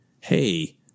hey